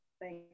thank